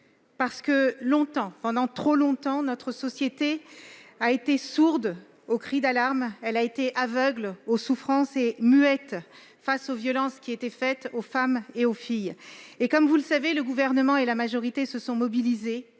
: longtemps, trop longtemps, notre société a été sourde aux cris d'alarme, aveugle aux souffrances et muette face aux violences qui étaient faites aux femmes et aux filles. Comme vous le savez, le Gouvernement et la majorité se sont mobilisés